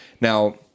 now